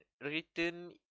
written